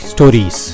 Stories